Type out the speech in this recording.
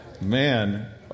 man